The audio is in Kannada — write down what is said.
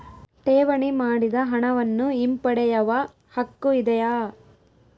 ಠೇವಣಿ ಮಾಡಿದ ಹಣವನ್ನು ಹಿಂಪಡೆಯವ ಹಕ್ಕು ಇದೆಯಾ?